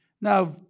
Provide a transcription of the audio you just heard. Now